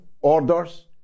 orders